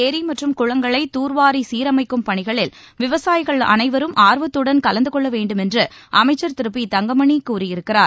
ஏரி மற்றும் குளங்களை தூர்வாரி சீரமைக்கும் பணிகளில் விவசாயிகள் அனைவரும் ஆர்வத்துடன் கலந்து கொள்ள வேண்டுமென்று அமைச்சர் பி தங்கமணி கூறியிருக்கிறார்